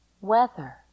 weather